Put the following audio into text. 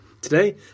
Today